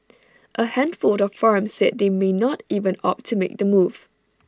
A handful of farms said they may not even opt to make the move